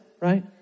right